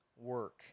work